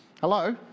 Hello